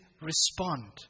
respond